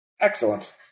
Excellent